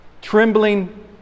trembling